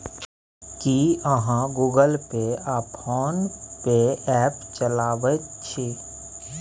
की अहाँ Google Pay आ PhonePe app चलाबैत छी?